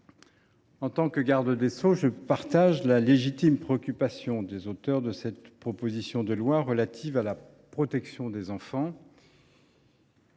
en tant que garde des sceaux, je partage la préoccupation légitime des auteurs de cette proposition de loi relative à la protection des enfants.